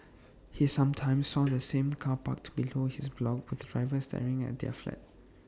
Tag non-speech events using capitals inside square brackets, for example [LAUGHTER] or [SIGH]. he sometimes saw [NOISE] the same car parked below his block with the driver staring at their flat